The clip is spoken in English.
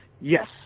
Yes